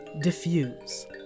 diffuse